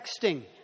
texting